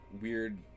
weird